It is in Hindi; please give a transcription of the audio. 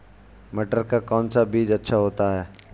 मटर का कौन सा बीज अच्छा होता हैं?